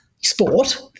sport